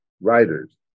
writers